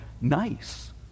nice